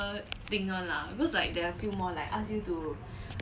but like some people like army's different thing